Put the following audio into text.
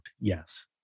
yes